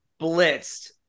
blitzed